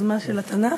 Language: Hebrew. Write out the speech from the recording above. היוזמה של התנ"ך,